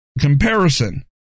comparison